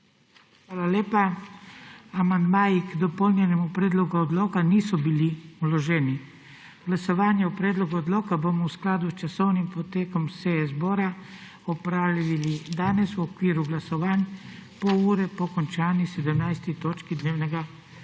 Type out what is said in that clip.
Hvala lepa. Amandmaji k dopolnjenemu predlogu odloka niso bili vloženi. Glasovanje o predlogu odloka bomo v skladu s časovnim potekom seje zbora opravili danes v okviru glasovanj, pol ure po končani 17. točki dnevnega reda.